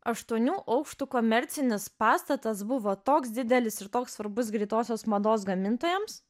aštuonių aukštų komercinis pastatas buvo toks didelis ir toks svarbus greitosios mados gamintojams